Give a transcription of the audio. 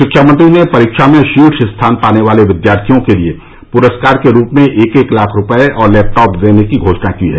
शिक्षा मंत्री ने परीक्षा में शीर्ष स्थान पाने वाले विद्यार्थियों के लिए पुरस्कार के रूप में एक एक लाख रुपये और लैपटॉप देने की घोषणा की है